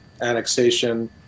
annexation